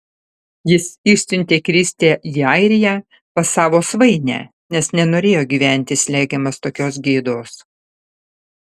jis išsiuntė kristę į airiją pas savo svainę nes nenorėjo gyventi slegiamas tokios gėdos